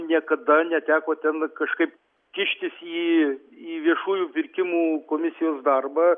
niekada neteko ten kažkaip kištis į viešųjų pirkimų komisijų darbą